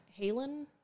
Halen